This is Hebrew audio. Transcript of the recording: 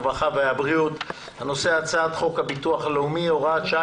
הרווחה והבריאות בנושא: הצעת חוק הביטוח הלאומי (הוראת שעה,